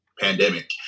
pandemic